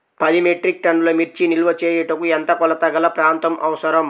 పది మెట్రిక్ టన్నుల మిర్చి నిల్వ చేయుటకు ఎంత కోలతగల ప్రాంతం అవసరం?